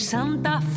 Santa